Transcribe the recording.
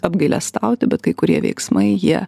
apgailestauti bet kai kurie veiksmai jie